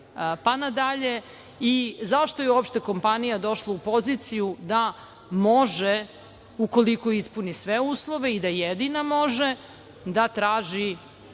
pa nadalje i zašto je uopšte kompanija došla u poziciju da može ukoliko ispuni sve uslove i da jedina može da traži